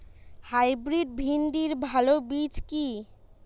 Hybrid ভিন্ডির ভালো বীজ কি?